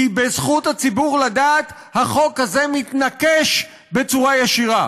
כי בזכות הציבור לדעת החוק הזה מתנקש בצורה ישירה.